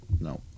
No